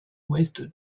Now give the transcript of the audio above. ouest